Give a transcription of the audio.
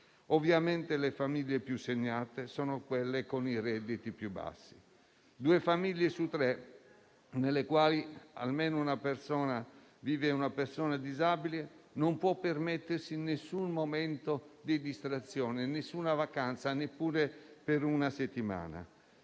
casa. Le famiglie più segnate sono quelle con i redditi più bassi. Due famiglie su tre, nelle quali vive almeno una persona disabile, non possono permettersi nessun momento di distrazione e nessuna vacanza, neppure per una settimana.